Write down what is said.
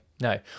no